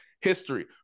history